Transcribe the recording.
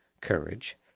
courage